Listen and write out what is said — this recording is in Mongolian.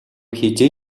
хэзээ